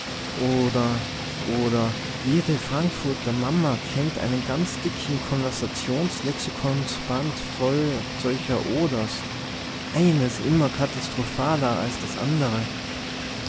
oder oder jede frankfurter mama kennt einen ganzen dicken konversations lexikons band voll solcher oders eines immer katastrophaler als das andere